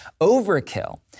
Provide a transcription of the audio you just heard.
overkill